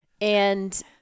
and-